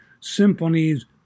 symphonies